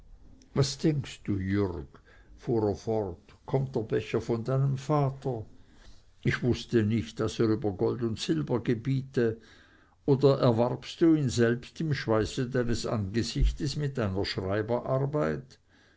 was denkst du jürg fuhr er fort kommt der becher von deinem vater ich wußte nicht daß er über gold und silber gebiete oder erwarbst du ihn selbst im schweiße deines angesichts mit einer